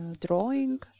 drawing